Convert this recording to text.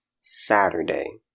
Saturday